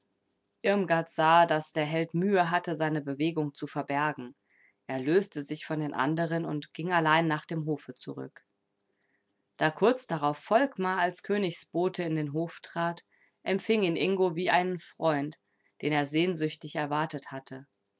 irmgard sah daß der held mühe hatte seine bewegung zu verbergen er löste sich von den anderen und ging allein nach dem hofe zurück da kurz darauf volkmar als königsbote in den hof trat empfing ihn ingo wie einen freund den er sehnsüchtig erwartet hatte